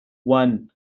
one